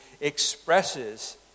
expresses